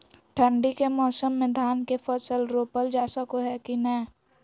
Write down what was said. ठंडी के मौसम में धान के फसल रोपल जा सको है कि नय?